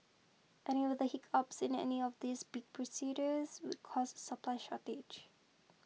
any weather hiccups in any of these big procures would cause supply shortage